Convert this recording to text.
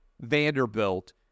Vanderbilt